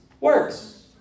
works